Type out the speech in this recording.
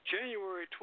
January